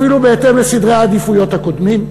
אפילו בהתאם לסדרי העדיפויות הקודמים.